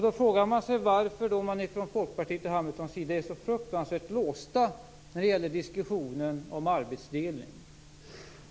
Då frågar man sig varför Folkpartiet och Hamilton är så fruktansvärt låsta i diskussionen om arbetsdelning.